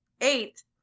Eight